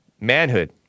manhood